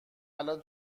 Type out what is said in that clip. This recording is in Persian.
الان